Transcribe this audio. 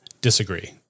disagree